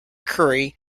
curry